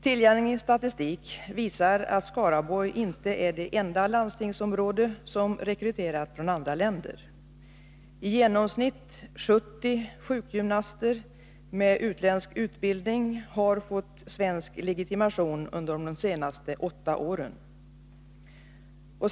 Tillgänglig statistik visar att Skaraborg inte är det enda landstingsområde som rekryterat från andra länder. I genomsnitt 70 sjukgymnaster med utländsk utbildning har fått svensk legitimation under de senaste åtta åren.